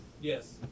Yes